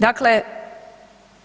Dakle,